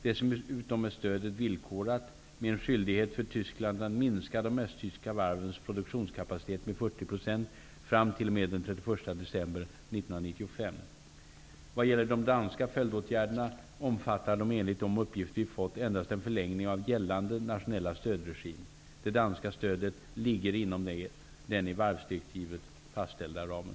Dessutom är stödet villkorat med en skyldighet för Tyskland att minska de östtyska varvens produktionskapacitet med 40 % fram t.o.m. den 31 december 1995. Vad gäller de danska följdåtgärderna, omfattar de enligt de uppgifter vi fått endast en förlängning av gällande nationella stödregim. Det danska stödet ligger inom den i varvsdirektivet fastställda ramen.